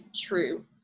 true